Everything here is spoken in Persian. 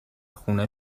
خونه